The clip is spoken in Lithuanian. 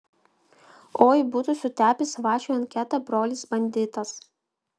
oi būtų sutepęs vaciui anketą brolis banditas